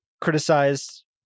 criticized